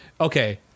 okay